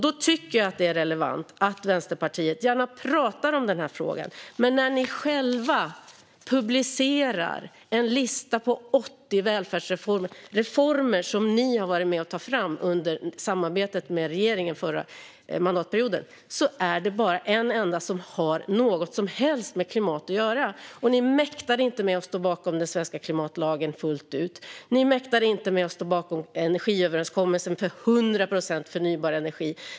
Då tycker jag att det är relevant att Vänsterpartiet gärna pratar om den här frågan. Men när ni själva publicerar en lista på 80 välfärdsreformer, reformer som ni har varit med om att ta fram under samarbetet med regeringen den förra mandatperioden, är det bara en enda som har något som helst med klimat att göra. Ni mäktade inte med att stå bakom den svenska klimatlagen fullt ut. Ni mäktade inte med att stå bakom energiöverenskommelsen för 100 procent förnybar energi.